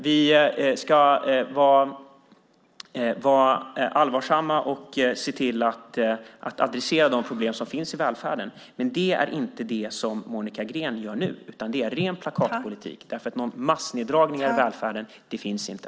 Vi ska vara allvarsamma och se till att adressera de problem som finns i välfärden. Det är inte vad Monica Green gör nu, utan det är ren plakatpolitik. Några massneddragningar i välfärden finns inte.